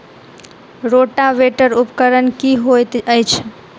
Rotavator उपकरण की हएत अछि?